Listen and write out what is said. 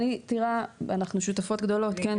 טירה, אנחנו שותפות גדולות, כן?